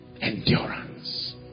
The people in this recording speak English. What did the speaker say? endurance